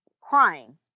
crying